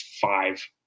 five